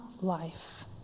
life